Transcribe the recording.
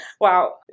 Wow